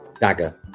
dagger